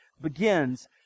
begins